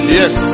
yes